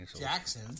Jackson